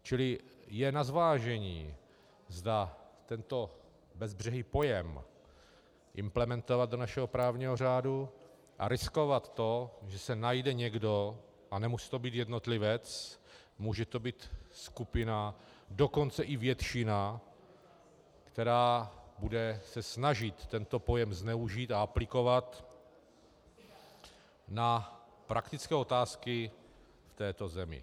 Čili je na zvážení, zda tento bezbřehý pojem implementovat do našeho právního řádu a riskovat to, že se najde někdo, a nemusí to být jednotlivec, může to být skupina, dokonce i většina, která se bude snažit tento pojem zneužít a aplikovat na praktické otázky v této zemi.